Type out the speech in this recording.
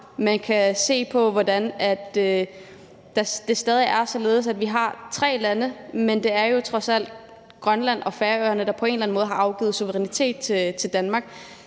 man kan se på, hvordan det stadig er således, at vi har tre lande, men at det jo trods alt er Grønland og Færøerne, der på en eller anden måde har afgivet suverænitet til Danmark,